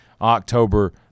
October